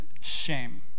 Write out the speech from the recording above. shame